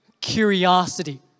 curiosity